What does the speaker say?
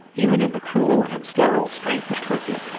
even in the cruel and sterile strength of turkey,